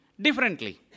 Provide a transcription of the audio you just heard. differently